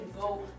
go